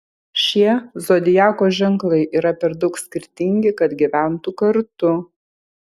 šie zodiako ženklai yra per daug skirtingi kad gyventų kartu